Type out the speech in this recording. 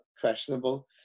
questionable